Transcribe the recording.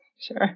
Sure